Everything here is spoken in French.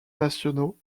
nationaux